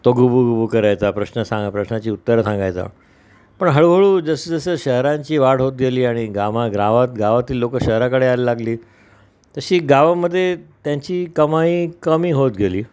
तो गुबूगुबू करायचा प्रश्न सांगा प्रश्नाची उत्तर सांगायचा पण हळूहळू जसं जसं शहरांची वाढ होत गेली आणि गावागावात गावातील लोकं शहराकडे यायला लागली तशी गावामध्ये त्यांची कमाई कमी होत गेली